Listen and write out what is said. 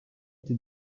été